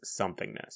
somethingness